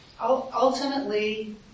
ultimately